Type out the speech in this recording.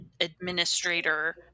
administrator